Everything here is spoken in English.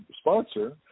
sponsor